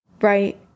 right